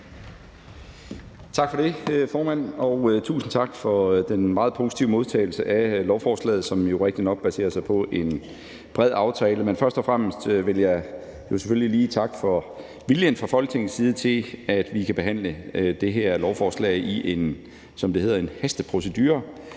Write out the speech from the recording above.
Tak for det, formand, og tusind tak for den meget positive modtagelse af lovforslaget, som jo rigtignok baserer sig på en bred aftale. Men først og fremmest vil jeg selvfølgelig lige takke for viljen fra Folketingets side til, at vi kan behandle det her lovforslag i en, som det